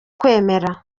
kwemera